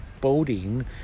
boating